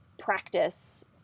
practice